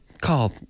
call